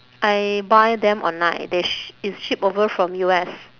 I buy them online they sh~ it's ship over from U_S